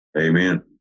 Amen